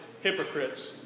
hypocrites